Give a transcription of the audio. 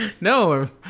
No